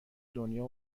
دنیا